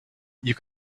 you